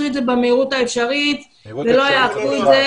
את זה במהירות האפשרית ולא יעכבו את זה,